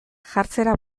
jartzera